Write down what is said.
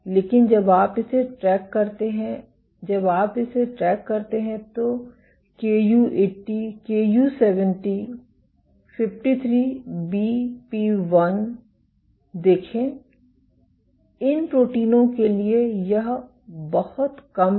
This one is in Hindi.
लेकिन जब आप इसे ट्रैक करते हैं जब आप इसे ट्रैक करते हैं तो कु80 कु70 53बीपी1 देखें इन प्रोटीनों के लिए यह बहुत कम है